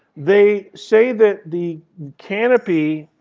they say that the canopy,